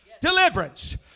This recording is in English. deliverance